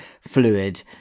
fluid